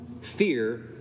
fear